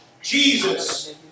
Jesus